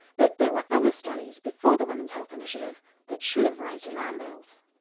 but there were other studies before the women's health initiative that should have raised alarm bells.